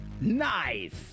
Nice